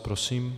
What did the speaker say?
Prosím.